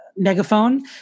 megaphone